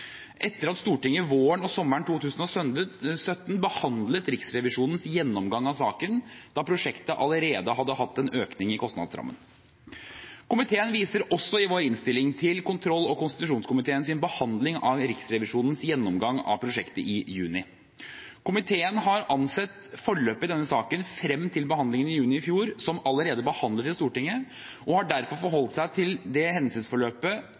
sommeren 2017 behandlet Riksrevisjonens gjennomgang av saken, da prosjektet allerede hadde hatt en økning i kostnadsrammen. Komiteen viser også i sin innstilling til kontroll- og konstitusjonskomiteens behandling av Riksrevisjonens gjennomgang av prosjektet i juni. Komiteen har ansett forløpet i denne saken frem til behandlingen i juni i fjor som allerede behandlet i Stortinget, og den har derfor